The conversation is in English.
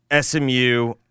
SMU